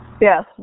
Yes